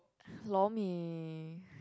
Lor-Mee